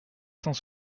cent